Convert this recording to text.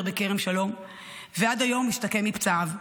בכרם שלום ועד היום משתקם מפצעיו.